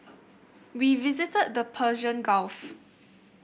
we visited the Persian Gulf